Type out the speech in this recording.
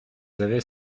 avaient